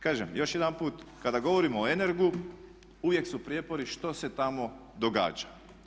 Kažem još jedanput kada govorimo o Energu uvijek su prijepori što se tamo događa.